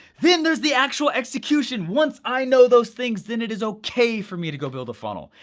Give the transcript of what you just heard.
then there's the actual execution. once i know those things then it is okay for me to go build a funnel,